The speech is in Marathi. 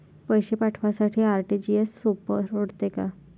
पैसे पाठवासाठी आर.टी.जी.एसचं सोप पडते का?